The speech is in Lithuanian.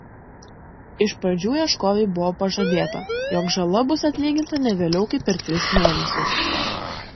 iš pradžių ieškovei buvo pažadėta jog žala bus atlyginta ne vėliau kaip per tris mėnesius